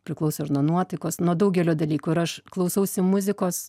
priklauso ir nuo nuotaikos nuo daugelio dalykų ir aš klausausi muzikos